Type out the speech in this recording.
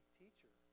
teacher